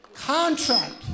contract